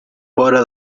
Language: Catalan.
fora